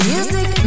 Music